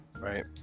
Right